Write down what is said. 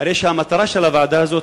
הרי המטרה של הוועדה הזאת,